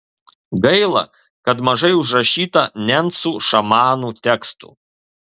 gaila kad mažai užrašyta nencų šamanų tekstų